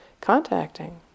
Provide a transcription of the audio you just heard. contacting